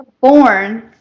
born